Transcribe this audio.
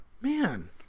Man